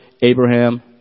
Abraham